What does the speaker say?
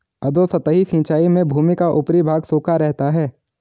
अधोसतही सिंचाई में भूमि का ऊपरी भाग सूखा रहता है